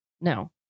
no